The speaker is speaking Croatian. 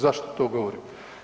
Zašto to govorim?